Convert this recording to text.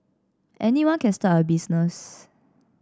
anyone can start a business